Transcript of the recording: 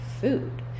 food